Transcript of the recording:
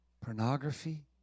pornography